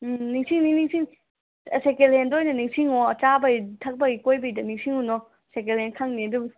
ꯎꯝ ꯅꯤꯡꯁꯤꯡꯅꯤ ꯅꯤꯡꯁꯤꯡꯅꯤ ꯁꯦꯀꯦꯟ ꯍꯦꯟꯗ ꯑꯣꯏꯅ ꯅꯤꯡꯁꯤꯡꯉꯣ ꯆꯥꯕꯒꯤ ꯊꯛꯄꯒꯤ ꯀꯣꯏꯕꯒꯤꯗ ꯅꯤꯡꯁꯤꯡꯉꯨꯅꯣ ꯁꯦꯀꯦꯟ ꯍꯦꯟ ꯈꯟꯅꯤ ꯑꯗꯨꯒ